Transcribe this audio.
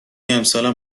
امسالم